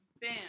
Bam